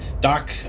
doc